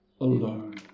alone